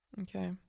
Okay